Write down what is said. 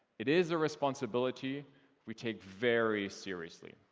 it is a responsibility we take very seriously.